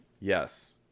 yes